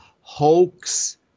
hoax